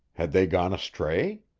had they gone astray?